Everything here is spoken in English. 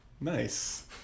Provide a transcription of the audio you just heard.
Nice